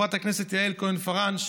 חברת הכנסת יעל כהן-פארן,